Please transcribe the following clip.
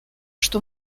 что